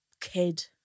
kid